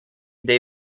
dei